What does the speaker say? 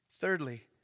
Thirdly